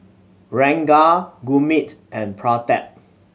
Ranga Gurmeet and Pratap